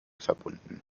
verbunden